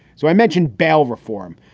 so i mentioned bail reform.